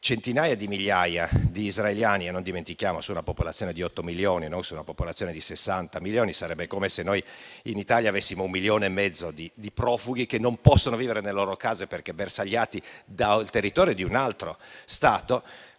centinaia di migliaia di israeliani su una popolazione di otto milioni, non di sessanta milioni (sarebbe come se noi, in Italia, avessimo un milione e mezzo di profughi che non possono vivere nelle loro case, perché bersagliati dal territorio di un altro Stato).